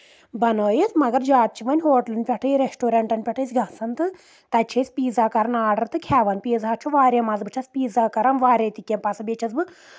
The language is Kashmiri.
بنٲیِتھ مگر جادٕ چھِ وۄنۍ ہوٹلَن پؠٹھٕے ریسٹورنٹن پؠٹھ أسۍ گژھان تہٕ تَتہِ چھِ أسۍ پیٖزا کَرَان آرڈَر تہٕ کھؠون پیٖزا چھُ واریاہ مَزٕ بہٕ چھَس پیٖزا کَرَان واریاہ تہِ کینٛہہ پَسنٛد بیٚیہِ چھَس بہٕ